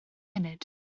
munud